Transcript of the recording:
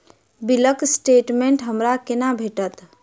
बिलक स्टेटमेंट हमरा केना भेटत?